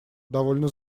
довольно